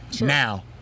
Now